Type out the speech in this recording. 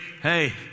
Hey